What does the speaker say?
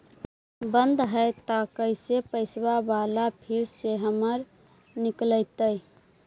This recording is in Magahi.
बन्द हैं त कैसे पैसा बाला फिर से हमर निकलतय?